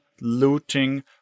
looting